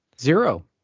Zero